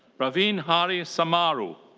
ravin hari samaroo.